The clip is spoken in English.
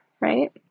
right